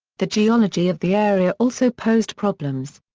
the geology of the area also posed problems.